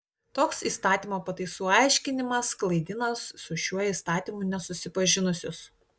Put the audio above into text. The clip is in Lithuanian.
toks įstatymo pataisų aiškinimas klaidina su šiuo įstatymu nesusipažinusius